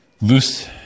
loose